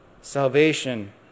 salvation